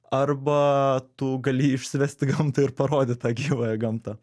arba tu gali išsivest į gamtą ir parodyt tą gyvąją gamtą